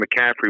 McCaffrey